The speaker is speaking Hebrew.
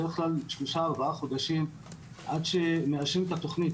בדרך כלל בערך ארבעה חודשים מאשרים את התוכנית